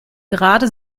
gerade